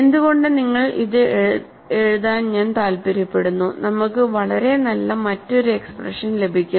എന്തുകൊണ്ട് നിങ്ങൾ ഇത് എഴുതാൻ ഞാൻ താൽപ്പര്യപ്പെടുന്നു നമുക്കു വളരെ നല്ല മറ്റൊരു എക്സ്പ്രഷൻ ലഭിക്കും